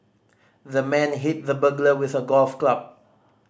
the man hit the burglar with a golf club